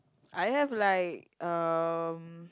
I have like um